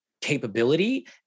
capability